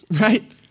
Right